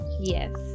yes